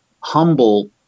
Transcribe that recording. humble